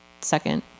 second